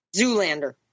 Zoolander